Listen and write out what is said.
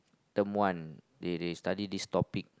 term one they they study this topic